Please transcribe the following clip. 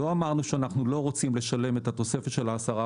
לא אמרנו שאנחנו לא רוצים לשלם את התוספת של 10%,